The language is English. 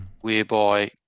whereby